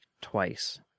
twice